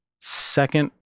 second